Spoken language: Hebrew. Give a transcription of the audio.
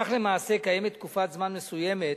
כך למעשה קיימת תקופת זמן מסוימת